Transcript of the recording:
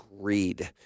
greed